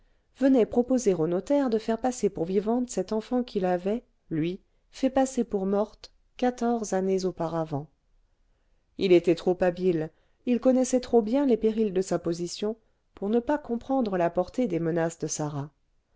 venait proposer au notaire de faire passer pour vivante cette enfant qu'il avait lui fait passer pour morte quatorze années auparavant il était trop habile il connaissait trop bien les périls de sa position pour ne pas comprendre la portée des menaces de sarah